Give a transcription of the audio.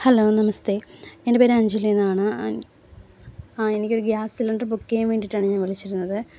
hello നമസ്തേ എൻ്റെ പേര് അഞ്ജലി എന്നാണ് എനിക്ക് ഒരു ഗ്യാസ് സിലിണ്ടറ് ബുക്ക് ചെയ്യാൻ വേണ്ടിയിട്ടാണ് ഞാൻ വിളിച്ചിരുന്നത്